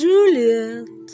Juliet